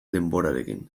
denborarekin